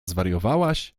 zwariowałaś